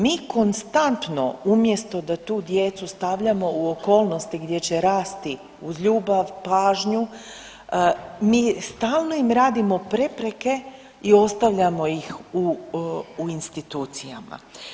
Mi konstantno umjesto da tu djecu stavljamo u okolnosti gdje će rasti uz ljubav, pažnju mi stalno im radimo prepreke i ostavljamo ih u institucijama.